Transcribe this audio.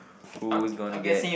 who's gonna get